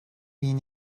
been